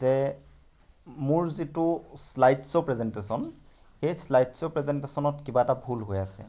যে মোৰ যিটো শ্লাইডশ্ব' প্ৰেজেণ্টেচন সেই শ্লাইডশ্ব' প্ৰেজেণ্টেচনত কিবা এটা ভুল হৈ আছে